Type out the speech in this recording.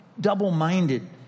double-minded